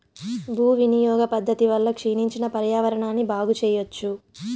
భూ వినియోగ పద్ధతి వల్ల క్షీణించిన పర్యావరణాన్ని బాగు చెయ్యచ్చు